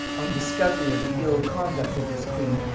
on discovery of the ill conduct of this queen,